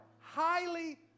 highly